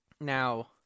Now